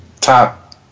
top